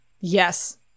yes